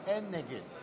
רציתי להגיד נגד.